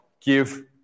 give